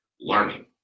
learning